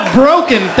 broken